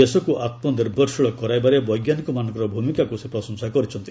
ଦେଶକୁ ଆତ୍ମନିର୍ଭରଶୀଳ କରାଇବାରେ ବୈଜ୍ଞାନିକମାନଙ୍କର ଭୂମିକାକୁ ସେ ପ୍ରଶଂସା କରିଛନ୍ତି